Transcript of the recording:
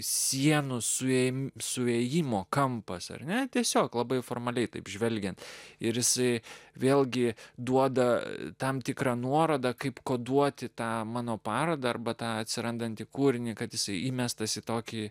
sienų suėmė suėjimo kampas ar ne tiesiog labai formaliai taip žvelgiant ir jisai vėlgi duoda tam tikrą nuorodą kaip koduoti tą mano parodą arba tą atsirandantį kūrinį kad jisai įmestas į tokį